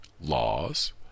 laws